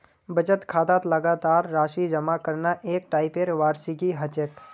बचत खातात लगातार राशि जमा करना एक टाइपेर वार्षिकी ह छेक